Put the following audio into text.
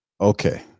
Okay